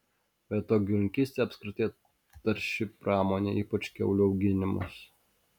be to gyvulininkystė apskritai tarši pramonė ypač kiaulių auginimas